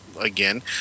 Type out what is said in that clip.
again